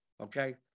Okay